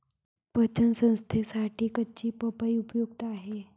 पचन संस्थेसाठी कच्ची पपई उपयुक्त आहे